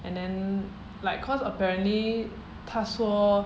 and then like cause apparently 他说